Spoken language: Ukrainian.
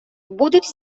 будуть